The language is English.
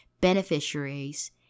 beneficiaries